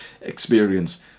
experience